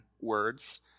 Words